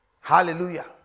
Hallelujah